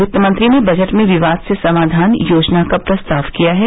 वित्तमंत्री ने बजट में विवाद से समाधान योजना का प्रस्ताव किया है